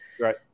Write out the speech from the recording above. Right